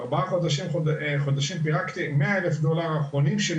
בארבעה חודשים פירקתי 100,000 דולר אחרונים,